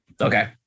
Okay